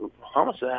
homicide